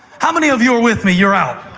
how many of you are with me? you're out.